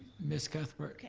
ms. cuthbert?